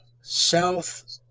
South